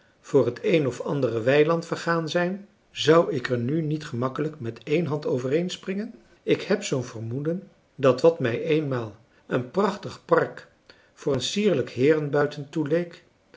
voor het een of ander weiland vergaan zijn zou ik er nu niet gemakkelijk met één hand overheen springen ik heb zoo'n vermoeden dat wat mij eenmaal een prachtig park voor een sierlijk heerenbuiten toeleek